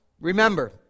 Remember